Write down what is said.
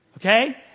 Okay